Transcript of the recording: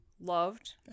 loved